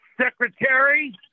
Secretary